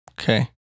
Okay